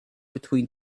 between